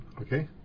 Okay